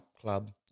club